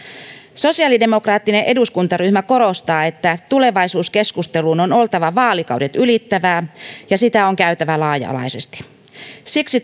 sosiaalidemokraattinen eduskuntaryhmä korostaa että tulevaisuuskeskustelun on oltava vaalikaudet ylittävää ja sitä on käytävä laaja alaisesti siksi